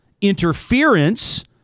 interference